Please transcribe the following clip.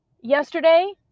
yesterday